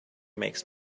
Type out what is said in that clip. makes